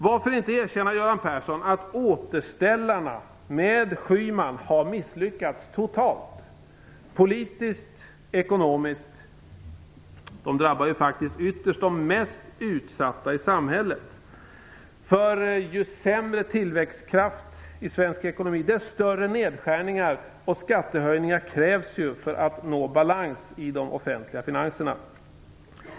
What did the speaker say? Varför inte erkänna, Göran Persson, att återställarna med Schyman har misslyckats totalt, politiskt och ekonomiskt? De som ytterst drabbas är ju faktiskt de mest utsatta i samhället. Ju sämre tillväxtkraft i svensk ekonomi, desto större nedskärningar och skattehöjningar krävs för att nå balans i de offentliga finanserna.